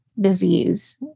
disease